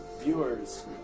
viewers